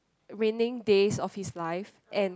remaining days of his life and